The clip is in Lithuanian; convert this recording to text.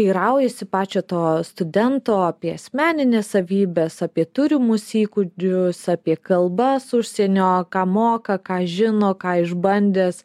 teiraujasi pačio to studento apie asmenines savybes apie turimus įgūdžius apie kalbas užsienio ką moka ką žino ką išbandęs